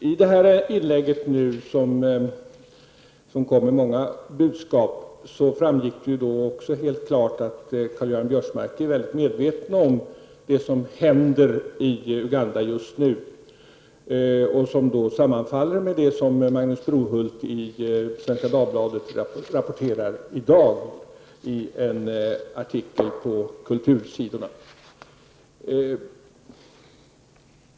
Fru talman! Av det senaste inlägget, som innehöll många budskap, framgår helt klart att Karl-Göran Biörsmark är mycket medveten om vad som händer i Uganda just nu och som sammanfaller med det som Magnus Brohult rapporterar i dag i en artikel på kultursidorna i Svenska Dagbladet.